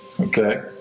Okay